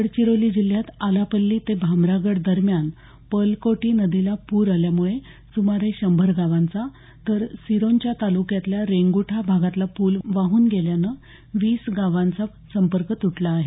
गडचिरोली जिल्ह्यात आलापछी ते भामरागड दरम्यान पर्लकोटी नदीला पूर आल्यामुळे सुमारे शंभर गावांचा तर सिरोंचा तालुक्यातल्या रेंगुठा भागातला पूल वाहून गेल्यानं वीस गावांचा संपर्क तूटला आहे